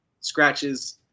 scratches